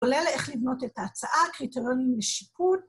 ‫כולל איך לבנות את ההצעה, ‫קריטרונים לשיפוט.